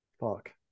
Fuck